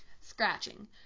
Scratching